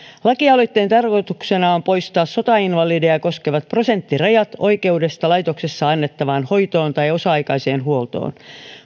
lakialoitteen tarkoituksena on poistaa sotainvalideja koskevat prosenttirajat oikeudesta laitoksessa annettavaan hoitoon tai osa aikaiseen huoltoon